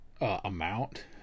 amount